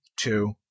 two